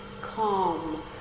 calm